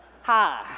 hi